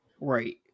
Right